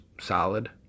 solid